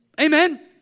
Amen